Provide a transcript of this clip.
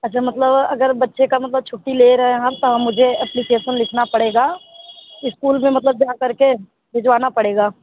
अच्छा मतलब अ अगर बच्चे का मतलब छुट्टी ले रहे हैं हम तो मुझे एप्लीकेशन लिखना पड़ेगा ईस्कूल में मतलब जा करके भिजवाना पड़ेगा